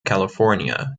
california